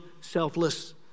selfless